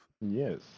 Yes